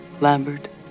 Lambert